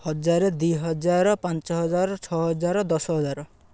ହଜାରେ ଦୁଇହଜାର ପାଞ୍ଚ ହଜାର ଛଅ ହଜାର ଦଶ ହଜାର